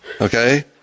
Okay